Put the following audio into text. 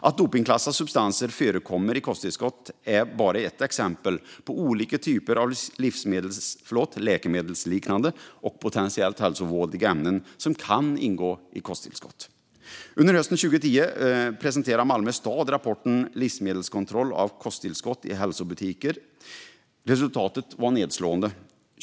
Att dopningsklassade substanser förekommer i kosttillskott är bara ett exempel på olika typer av läkemedelsliknande och potentiellt hälsovådliga ämnen som kan ingå i kosttillskott. Under hösten 2010 presenterade Malmö stad rapporten Livsmedelskontroll av kosttillskott i hälsokostbutiker m.m. Resultatet var nedslående.